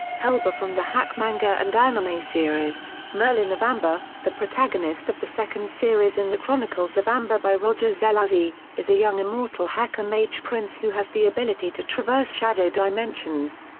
helba from the hack manga and anime series merlin of amber, the protagonist of the second series in the chronicles of amber by roger zelazny, is a young immortal hacker-mage prince who has the ability to traverse shadow dimensions.